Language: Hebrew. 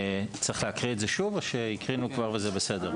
צריך להקריא את זה שוב או שהקריאו כבר וזה בסדר?